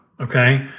okay